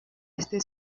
este